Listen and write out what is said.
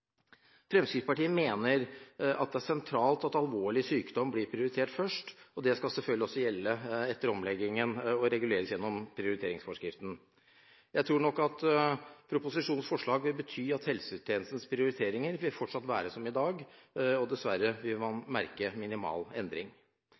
Fremskrittspartiet mener det er sentralt at alvorlig sykdom blir prioritert først, og det skal selvfølgelig også gjelde etter omleggingen og reguleres gjennom prioriteringsforskriften. Jeg tror nok at proposisjonens forslag vil bety at helsetjenestenes prioriteringer vil fortsette som i dag, og at pasientene dessverre vil